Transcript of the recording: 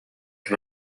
and